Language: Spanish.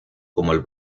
como